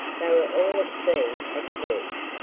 they were all at sea at first,